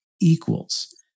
equals